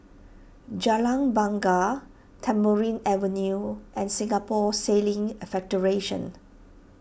Jalan Bungar Tamarind Avenue and Singapore Sailing Federation